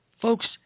folks –